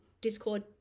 discord